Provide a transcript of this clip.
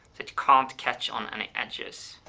it can't catch on any edges.